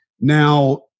Now